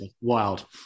Wild